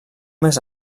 més